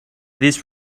this